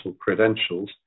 credentials